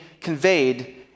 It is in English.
conveyed